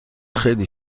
خیلی